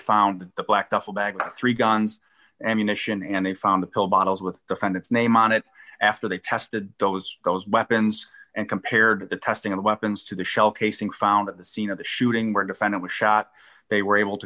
found the black duffel bag three guns ammunition and they found the pill bottles with defendant's name on it after they tested those those weapons and compared the testing of the weapons to the shell casing found at the scene of the shooting where defendant was shot they were able to